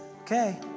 Okay